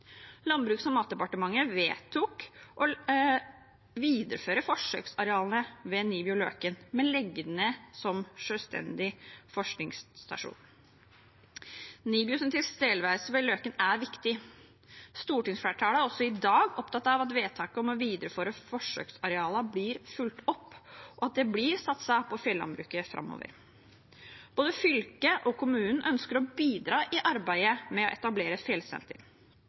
Landbruks- og matdepartementet vedtok å videreføre forsøksarealene ved NIBIO Løken, men å legge ned stasjonen som selvstendig forskningsstasjon. NIBIOs tilstedeværelse ved Løken er viktig. Stortingsflertallet er også i dag opptatt av at vedtaket om å videreføre forsøksarealene blir fulgt opp, og at det blir satset på fjellandbruket framover. Både fylket og kommunen ønsker å bidra i arbeidet med å etablere et fjellsenter.